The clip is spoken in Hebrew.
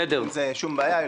אין עם זה שום בעיה,